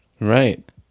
right